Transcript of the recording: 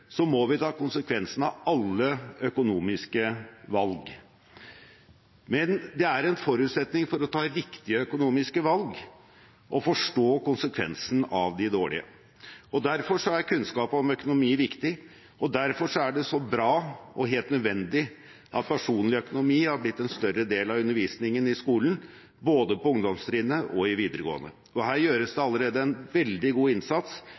må vi ta konsekvensen av alle økonomiske valg, men det er en forutsetning for å ta riktige økonomiske valg at man forstår konsekvensen av de dårlige. Derfor er kunnskap om økonomi viktig, og derfor er det så bra og helt nødvendig at personlig økonomi har blitt en større del av undervisningen i skolen både på ungdomstrinnet og i videregående. Her gjøres det allerede en veldig god innsats